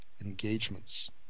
engagements